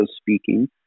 speaking